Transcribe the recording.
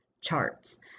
charts